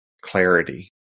clarity